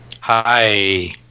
Hi